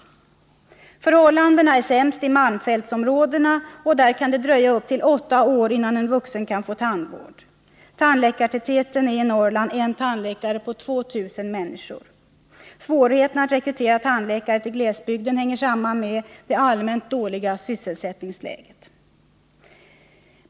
Nr 142 Förhållandena är sämst i malmfältsområdena, och där kan det dröja upp till åtta år innan en vuxen kan få tandvård. Tandläkartätheten är i Norrland I tandläkare på 2 000 människor. Svårigheterna att rekrytera tandläkare till glesbygden hänger samman med det allmänna dåliga sysselsättningsläget.